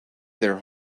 their